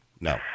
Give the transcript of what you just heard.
No